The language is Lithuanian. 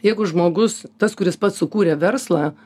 jeigu žmogus tas kuris pats sukūrė verslą